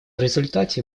результате